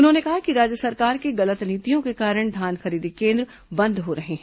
उन्होंने कहा कि राज्य सरकार की गलत नीतियों के कारण धान खरीदी केन्द्र बंद हो रहे हैं